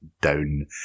down